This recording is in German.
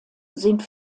sind